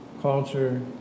culture